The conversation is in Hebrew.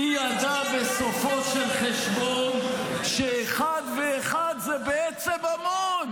"מי ידע בסופו של חשבון שאחד ואחד זה בעצם המון"